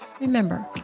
remember